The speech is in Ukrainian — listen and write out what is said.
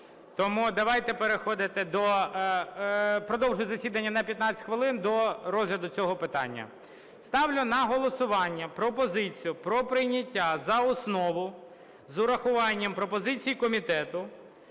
засідання на 15 хвилин до розгляду цього питання. Ставлю на голосування пропозицію про прийняття за основу з урахуванням пропозиції комітету